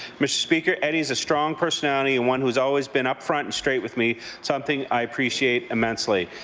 mr. speaker, eddie is a strong personality and one who has always been up front and straight with me something i appreciate immensely.